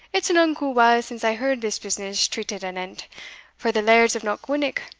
it's an unco while since i heard this business treated anent for the lairds of knockwinnock,